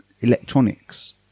electronics